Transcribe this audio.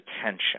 attention